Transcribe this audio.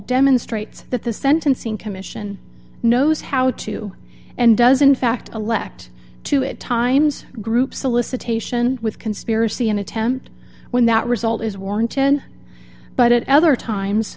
demonstrates that the sentencing commission knows how to and does in fact elect to at times group solicitation with conspiracy and attempt when that result is warranted but at other times